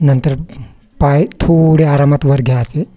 नंतर पाय थोडे आरामात वर घ्यायचे